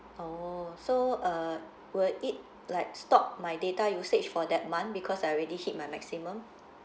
oh so uh will it like stop my data usage for that month because I already hit my maximum